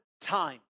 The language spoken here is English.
time